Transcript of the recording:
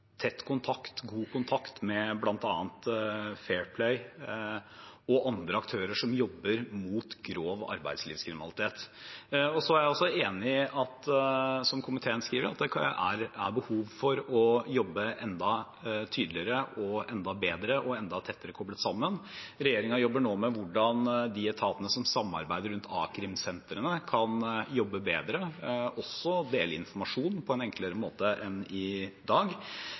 tett og god kontakt med bl.a. Fair Play og andre aktører som jobber mot grov arbeidslivskriminalitet. Så er jeg også enig i det som komiteen skriver, at det er behov for å jobbe enda tydeligere, bedre og være enda tettere koblet sammen. Regjeringen jobber nå med hvordan de etatene som samarbeider med a-krimsentrene, kan jobbe bedre – også å dele informasjon på en enklere måte enn i dag.